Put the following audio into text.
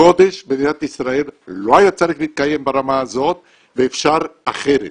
הגודש במדינת ישראל לא היה צריך להתקיים ברמה הזאת ואפשר אחרת.